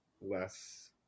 less